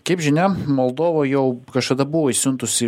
kaip žinia moldova jau kažkada buvo išsiuntusi